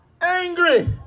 angry